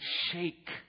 shake